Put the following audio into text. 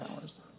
hours